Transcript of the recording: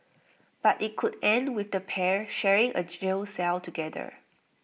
but IT could end with the pair sharing A jail cell together